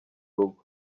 rugo